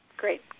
Great